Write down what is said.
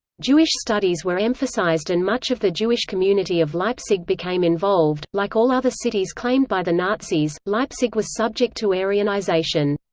jewish studies were emphasized and much of the jewish community of leipzig became involved like all other cities claimed by the nazis, leipzig was subject to aryanisation.